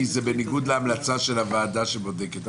כי זה בניגוד להמלצה של הוועדה שבודקת.